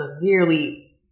severely